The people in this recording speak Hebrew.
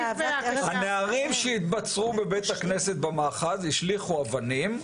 הנערים שהתבצרו בבית הכנסת במאחז השליכו אבנים,